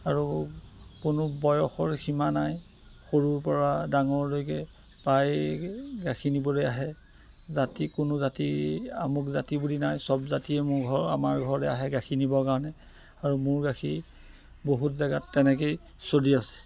আৰু কোনো বয়সৰ সীমা নাই সৰুৰ পৰা ডাঙৰলৈকে প্ৰায় গাখীৰ নিবলৈ আহে জাতি কোনো জাতি আমুক জাতি বুলি নাই চব জাতিয়ে মোৰ ঘৰ আমাৰ ঘৰলৈ আহে গাখীৰ নিবৰ কাৰণে আৰু মোৰ গাখীৰ বহুত জেগাত তেনেকেই চলি আছে